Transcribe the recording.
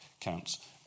counts